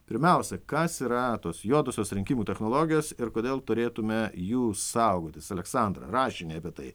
pirmiausia kas yra tos juodosios rinkimų technologijos ir kodėl turėtume jų saugotis aleksandra rašinį apie tai